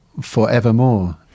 forevermore